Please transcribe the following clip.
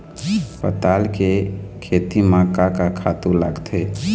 पताल के खेती म का का खातू लागथे?